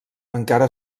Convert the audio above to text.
encara